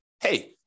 hey